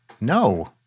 No